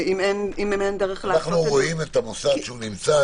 אנחנו רואים את המוסד שהוא נמצא,